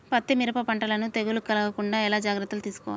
పత్తి మిరప పంటలను తెగులు కలగకుండా ఎలా జాగ్రత్తలు తీసుకోవాలి?